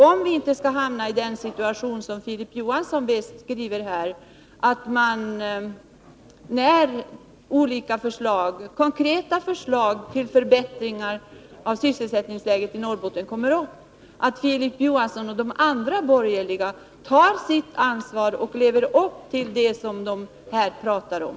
Om vi inte skall hamna i den situation som Filip Johansson beskriver här, när olika konkreta förslag till förbättringar av sysselsättningsläget i Norrbotten kommer fram, är det viktigt att Filip Johansson och de övriga borgerliga ledamöterna tar sitt ansvar och lever upp till det som de här talar om.